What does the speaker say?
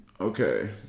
Okay